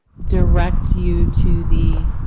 direct you to the